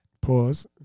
Pause